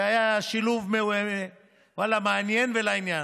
זה היה שילוב, ואללה, מעניין ולעניין.